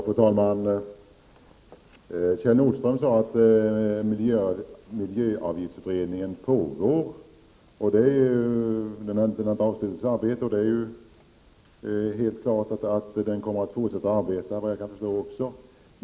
Fru talman! Kjell Nordström sade att miljöavgiftsutredningen inte har avslutat sitt arbete. Såvitt jag förstår är det helt klart att den också kommer att fortsätta att arbeta.